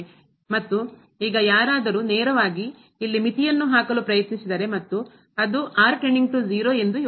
ಮತ್ತು ಈಗ ಯಾರಾದರೂ ನೇರವಾಗಿ ಇಲ್ಲಿ ಮಿತಿಯನ್ನು ಹಾಕಲು ಪ್ರಯತ್ನಿಸಿದರೆ ಮತ್ತು ಅದು ಎಂದು ಯೋಚಿಸಿ